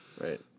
Right